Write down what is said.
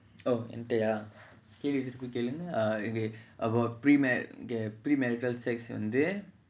oh என்கிட்டயாகேள்வியதிருப்பிகேளுங்க:enkitaya kelviya thirupi kelunga about pre marital sex வந்து:vandhu